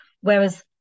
whereas